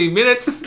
minutes